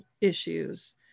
issues